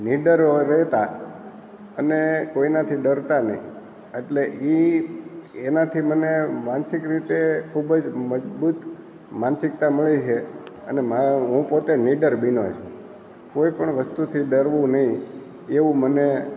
નીડરો રહેતા અને કોઈનાથી ડરતા નહીં એટલે એ એનાથી મને માનસિક રીતે ખૂબ જ મજબૂત માનસિકતા મળી છે અને હું પોતે નીડર બીનોજ કોઈપણ વસ્તુથી ડરવું નહીં એવું મને